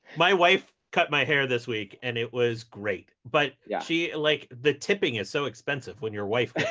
my wife cut my hair this week, and it was great. but yeah she like, the tipping is so expensive when your wife